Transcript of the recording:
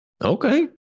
Okay